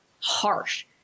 harsh